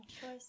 choice